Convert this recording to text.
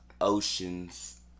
oceans